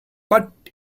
but